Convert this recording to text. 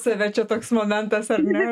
save čia toks momentas ar ne